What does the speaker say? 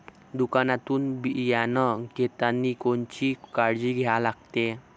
दुकानातून बियानं घेतानी कोनची काळजी घ्या लागते?